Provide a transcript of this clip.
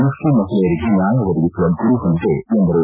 Muslim ಮಹಿಳೆಯರಿಗೆ ನ್ಯಾಯ ಒದಗಿಸುವ ಗುರಿ ಹೊಂದಿದೆ ಎಂದರು